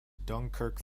dunkirk